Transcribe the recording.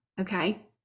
okay